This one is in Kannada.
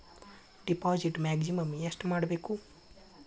ಡಿಪಾಸಿಟ್ ಮ್ಯಾಕ್ಸಿಮಮ್ ಎಷ್ಟು ಮಾಡಬೇಕು?